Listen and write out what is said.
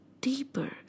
deeper